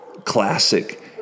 classic